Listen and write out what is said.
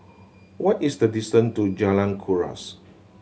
what is the distance to Jalan Kuras